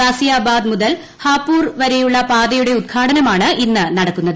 ഗാസിയാബാദ് മുതൽ ഹാപുർ വരെയുള്ള പാതയുടെ ഉദ്ഘാട്ടന്മാണ് ഇന്ന് നടക്കുന്നത്